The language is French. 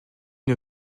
une